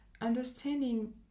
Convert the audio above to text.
Understanding